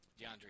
DeAndre